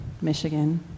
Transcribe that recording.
Michigan